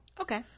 okay